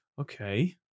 okay